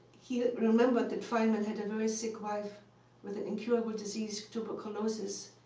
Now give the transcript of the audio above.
he remembered that feynman had a very sick wife with incurable disease, tuberculosis,